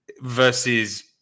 versus